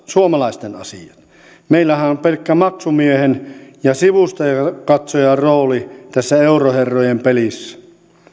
suomalaisten asiat meillähän on on pelkkä maksumiehen ja sivustakatsojan rooli tässä euroherrojen pelissä